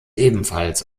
ebenfalls